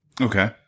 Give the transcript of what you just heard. Okay